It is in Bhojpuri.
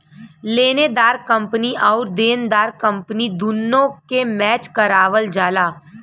लेनेदार कंपनी आउर देनदार कंपनी दुन्नो के मैच करावल जाला